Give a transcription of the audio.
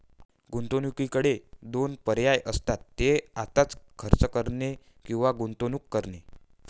गुंतवणूकदाराकडे दोन पर्याय असतात, ते आत्ताच खर्च करणे किंवा गुंतवणूक करणे